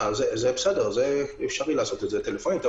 זה בסדר, אפשרי לעשות את זה טלפונית.